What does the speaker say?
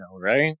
right